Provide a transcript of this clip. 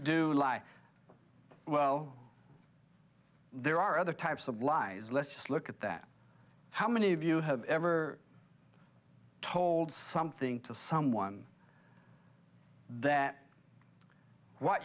do lie well there are other types of lies let's just look at that how many of you have ever told something to someone that what